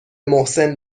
محسن